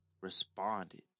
responded